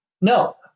no